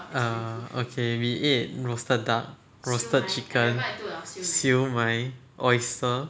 err okay we ate roasted duck roasted chicken siew mai oyster